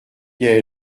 gaie